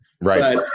Right